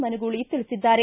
ಮನಗೂಳಿ ತಿಳಿಸಿದ್ದಾರೆ